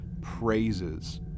praises